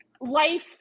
life